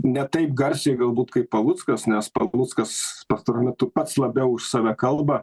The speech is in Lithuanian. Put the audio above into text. ne taip garsiai galbūt kaip paluckas nes paluckas pastaruoju metu pats labiau už save kalba